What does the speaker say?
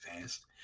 fast